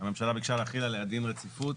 שהממשלה ביקשה להחיל עליה דין רציפות.